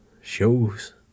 shows